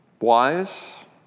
wise